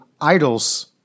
idols